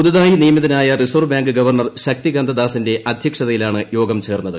പുതുതായി നിയമിതമായ reserve bank governor ശക്തികാന്തദാസിന്റെ അധ്യക്ഷതയിലാണ് യോഗം ചേർന്നത്